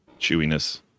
chewiness